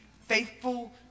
faithful